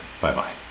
Bye-bye